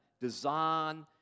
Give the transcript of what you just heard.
design